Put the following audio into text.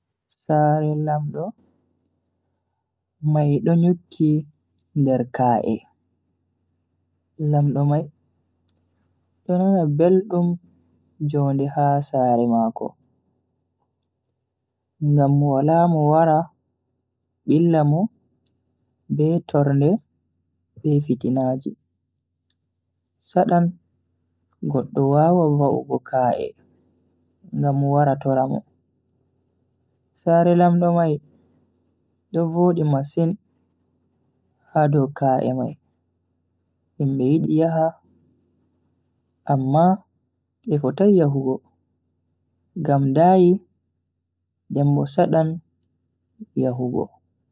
Sare lamdo mai do nyukki nder kaa'e, lamdo mai do nana beldum jonde ha sare mako. Ngam wala mo wara billa mo be tornde be fitinaaji. Sadan goddo wawa va'ugo ka'e ngam wara tora mo. Sare lamdo mai do vodi masin ha dow ka'e mai himbe yidi yaha amma be fotai yahugo gam dayi den bo sadan yahugo.